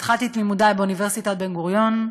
כשהתחלתי את לימודי באוניברסיטת בן-גוריון,